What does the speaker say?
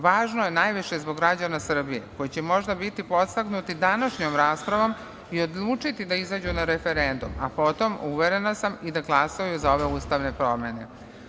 Važno je najviše zbog građana Srbije koji će možda biti podstaknuti današnjom raspravom i odlučiti da izađu na referendum, a potom, uverena sam i da glasaju za ove ustavne promene.